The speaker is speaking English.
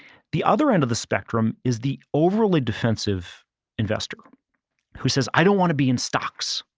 the other end of the spectrum is the overly defensive investor who says, i don't want to be in stocks.